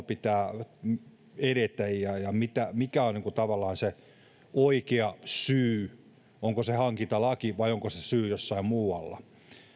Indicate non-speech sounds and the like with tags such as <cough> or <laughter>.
<unintelligible> pitää edetä ja ja mikä on tavallaan se oikea syy onko se hankintalaki vai onko se syy jossain muualla